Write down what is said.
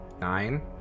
Nine